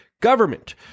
government